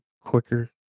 quicker